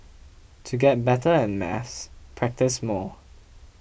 to get better at maths practise more